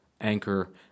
Anchor